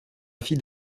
fille